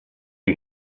you